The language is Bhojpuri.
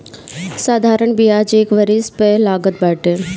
साधारण बियाज एक वरिश पअ लागत बाटे